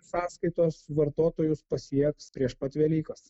sąskaitos vartotojus pasieks prieš pat velykas